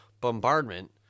bombardment